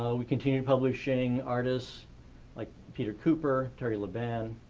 so we continued publishing artists like peter cooper, terry laban